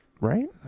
Right